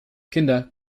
kinder